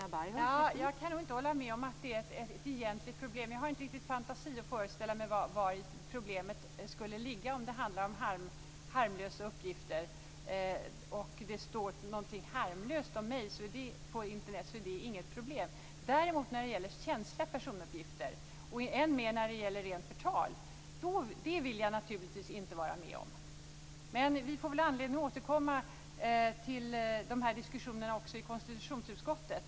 Fru talman! Jag kan nog inte hålla med om att det är ett egentligt problem. Jag har inte riktigt fantasi att föreställa mig vari problemet skulle ligga om det handlade om harmlösa uppgifter. Om det står någonting harmlöst om mig på Internet, är det inget problem. Däremot är känsliga personuppgifter och än mer rent förtal något som jag naturligtvis inte vara med om. Vi får väl anledning att återkomma till de här diskussionerna också i konstitutionsutskottet.